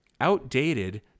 outdated